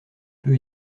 peu